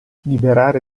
liberare